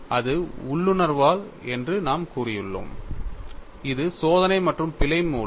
அது உள்ளுணர்வால் என்று நாம் கூறியுள்ளோம் இது சோதனை மற்றும் பிழை மூலம்